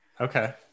Okay